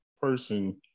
person